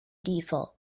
default